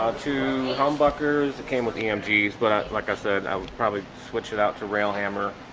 ah two humbuckers it came with mgs but like i said i would probably switch it out to rail hammer